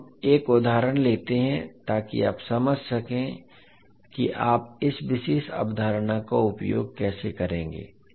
अब हम एक उदाहरण लेते हैं ताकि आप समझ सकें कि आप इस विशेष अवधारणा का उपयोग कैसे करेंगे